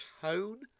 tone